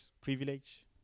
privilege